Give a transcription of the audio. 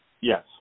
Yes